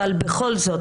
אבל בכל זאת,